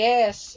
Yes